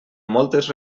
moltes